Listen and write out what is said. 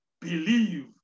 believe